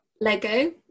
Lego